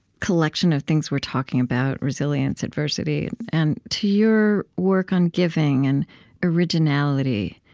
collection of things we're talking about, resilience, adversity, and to your work on giving and originality.